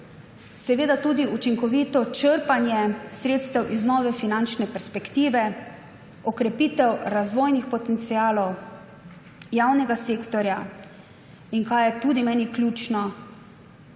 tudi učinkovito črpanje sredstev iz nove finančne perspektive, okrepitev razvojnih potencialov, javnega sektorja, in kar je tudi meni ključno,